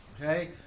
Okay